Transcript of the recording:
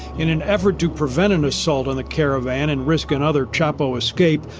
in an effort to prevent an assault on the caravan and risk another chapo escape,